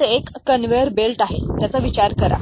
तेथे एक conveyor belt आहे त्याचा विचार करा